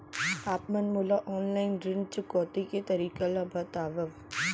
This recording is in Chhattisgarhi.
आप मन मोला ऑनलाइन ऋण चुकौती के तरीका ल बतावव?